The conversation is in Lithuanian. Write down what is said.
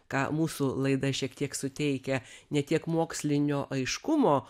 ką mūsų laida šiek tiek suteikia ne tiek mokslinio aiškumo